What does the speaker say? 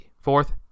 Fourth